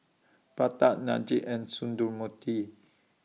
Pratap Niraj and Sundramoorthy